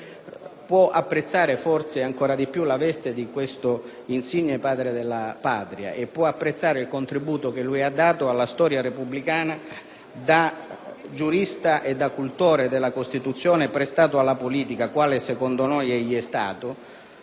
può apprezzare forse ancora di più la veste di questo insigne padre della Patria e può apprezzare il contributo da lui dato alla storia repubblicana da giurista e da cultore della Costituzione prestato alla politica, quale secondo noi egli è stato,